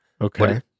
Okay